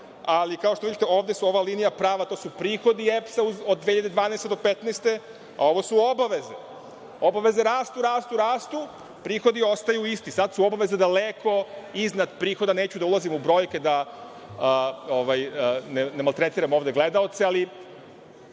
ali, kao što vidite, ovde ova prava linija su prihodi EPS-a od 2012. do 2015. godine, a ovo su obaveze. Obaveze rastu, rastu, a prihodi ostaju isti. Sada su obaveze daleko iznad prihoda. Neću da ulazim u brojke, da ne maltretiram ovde gledaoce, ali